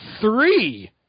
three